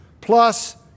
plus